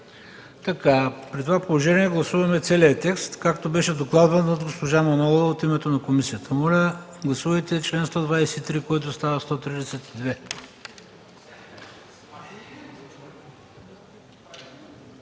гласа. При това положение гласуваме целия текст, както беше докладван от госпожа Манолова от името на комисията. Моля, гласувайте чл. 123, който става чл.